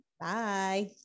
Bye